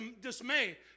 dismay